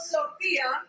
Sophia